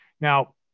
Now